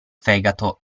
fegato